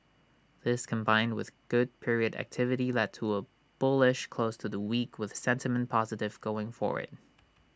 this combined with good period activity led to A bullish close to the week with sentiment positive going forward